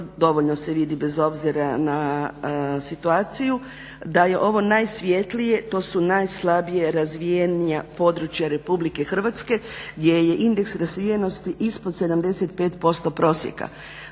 dovoljno se vidi bez obzira na situaciju da je ovo najsvjetlije, to su najslabije razvijenija područja RH gdje je indeks razvijenosti ispod 75% prosjeka.